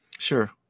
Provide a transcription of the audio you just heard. Sure